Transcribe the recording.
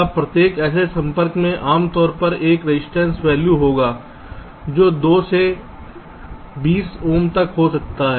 अब प्रत्येक ऐसे संपर्क में आम तौर पर एक रजिस्टेंस वैल्यू होगा जो 2 से 20 ओम तक हो सकता है